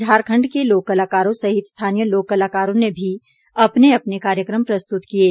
झारखंड के लोक कलाकारों सहित स्थानीय लोक कलाकारों ने भी अपने अपने कार्यक्रम प्रस्तुत किये